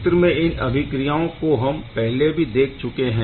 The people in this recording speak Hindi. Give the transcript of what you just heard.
चित्र में इन अभिक्रियाओं को हम पहले भी देख चुके है